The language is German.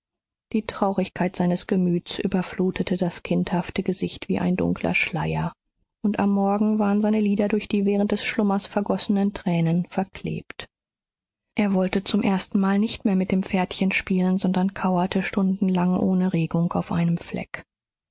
die traurigkeit seines gemüts überflutete das kindhafte gesicht wie ein dunkler schleier und am morgen waren seine lider durch die während des schlummers vergossenen tränen verklebt er wollte zum erstenmal nicht mehr mit dem pferdchen spielen sondern kauerte stundenlang ohne regung auf einem fleck